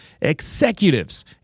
executives